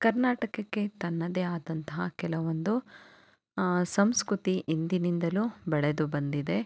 ಕರ್ನಾಟಕಕ್ಕೆ ತನ್ನದೇ ಆದಂತಹ ಕೆಲವೊಂದು ಸಂಸ್ಕೃತಿ ಹಿಂದಿನಿಂದಲೂ ಬೆಳೆದು ಬಂದಿದೆ